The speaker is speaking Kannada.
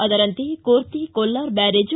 ಅದರಂತೆ ಕೊರ್ತಿ ಕೊಲ್ವಾರ ಬ್ಯಾರೇಜ್